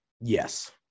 yes